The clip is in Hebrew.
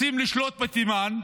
רוצים לשלוט בתימן.